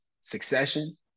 Succession